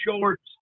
shorts